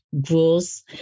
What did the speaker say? grows